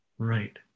right